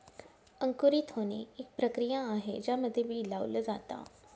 अंकुरित होणे, एक प्रक्रिया आहे ज्यामध्ये बी लावल जाता